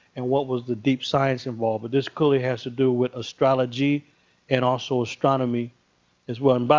and what was the deep science involved. but this clearly has to do with astrology and also astronomy as well. but